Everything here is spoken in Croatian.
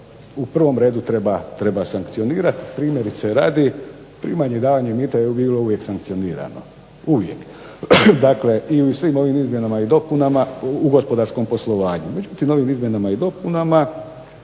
u prvom redu treba sankcionirati, primjerice radi primanje i davanje mita je bilo uvijek sankcionirano, uvijek, dakle i u svim ovim izmjenama i dopunama u gospodarskom poslovanju, međutim ovim izmjenama i dopunama